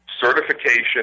certification